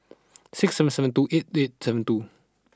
six seven seven two eight eight seven two